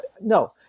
no